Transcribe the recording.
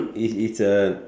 it it's a